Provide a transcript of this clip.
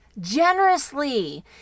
generously